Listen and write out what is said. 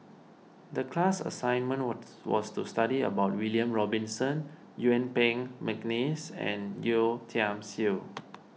the class assignment what's was to study about William Robinson Yuen Peng McNeice and Yeo Tiam Siew